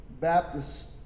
Baptists